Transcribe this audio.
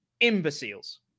Imbeciles